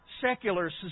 secular